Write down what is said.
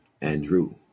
Andrew